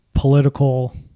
Political